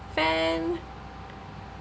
fan